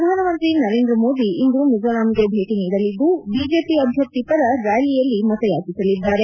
ಪ್ರಧಾನಮಂತ್ರಿ ನರೇಂದ್ರ ಮೋದಿ ಇಂದು ಮಿಜೋರಾಂಗೆ ಭೇಟಿ ನೀಡಲಿದ್ದು ಬಿಜೆಪಿ ಅಭ್ಯರ್ಥಿ ಪರ ರ್ನ್ನಾಲಿಯಲ್ಲಿ ಮತಯಾಚಿಸಲಿದ್ದಾರೆ